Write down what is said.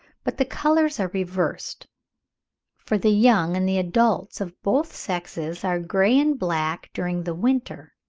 but the colours are reversed for the young and the adults of both sexes are grey and black during the winter,